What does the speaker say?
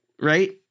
right